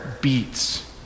beats